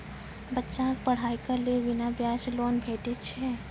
बच्चाक पढ़ाईक लेल बिना ब्याजक लोन भेटै छै?